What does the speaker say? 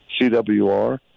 CWR